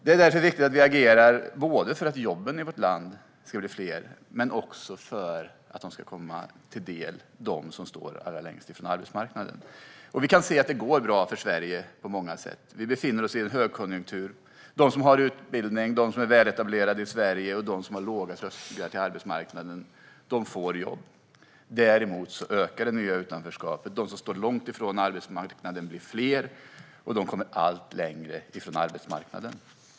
Det är därför viktigt att vi agerar för att jobben i vårt land ska bli fler, men också för att de ska komma dem som står allra längst ifrån arbetsmarknaden till del. Det går bra för Sverige på många sätt. Vi befinner oss i en högkonjunktur. De som har utbildning, de som är väletablerade i Sverige och de som har låga trösklar in på arbetsmarknaden får jobb. Däremot ökar det nya utanförskapet. De som står långt ifrån arbetsmarknaden blir fler och de kommer allt längre bort ifrån den.